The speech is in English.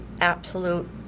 absolute